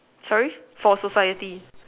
sorry for society